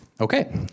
Okay